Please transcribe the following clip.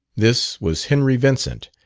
this was henry vincent,